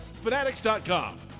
Fanatics.com